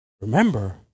Remember